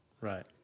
Right